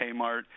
Kmart